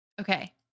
Okay